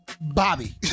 Bobby